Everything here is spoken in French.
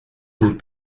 nous